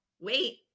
wait